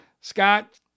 Scott